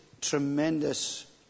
tremendous